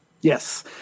Yes